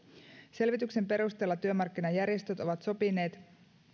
selvityksen perusteella työmarkkinajärjestöt ovat sopineet